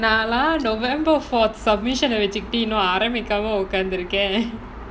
they நான்லாம்:naanlaam november fourth submission வச்சிட்டு இன்னும் ஆரம்பிக்காம உட்காந்துருக்கேன்:vachchittu innum arambikkaama utkaanthurukkaen